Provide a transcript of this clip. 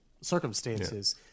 circumstances